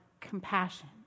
compassion